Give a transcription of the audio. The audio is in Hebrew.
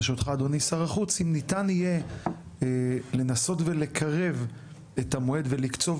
ברשותך אדוני שר החוץ אם ניתן יהיה לנסות ולקרב את המועד ולקצוב